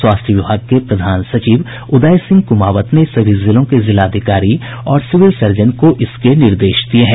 स्वास्थ्य विभाग के प्रधान सचिव उदय सिंह कुमावत ने सभी जिलों के जिलाधिकारी और सिविल सर्जन को इसके निर्देश दिये हैं